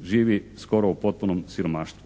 živi skoro u potpunom siromaštvu.